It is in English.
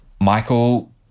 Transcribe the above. Michael